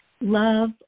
love